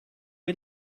est